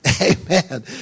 Amen